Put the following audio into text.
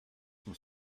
son